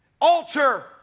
Alter